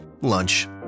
Lunch